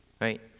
right